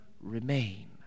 remain